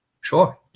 sure